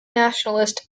nationalist